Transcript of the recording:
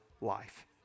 life